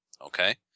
Okay